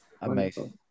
Amazing